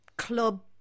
club